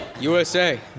USA